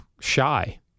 shy